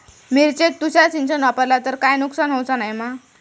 मिरचेक तुषार सिंचन वापरला तर काय नुकसान होऊचा नाय मा?